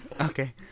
Okay